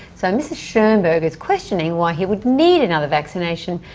so mrs schoenberg is questioning why he would need another vaccination,